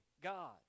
God